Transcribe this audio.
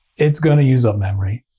it's going to use up memory.